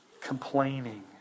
complaining